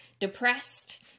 depressed